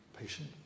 Patient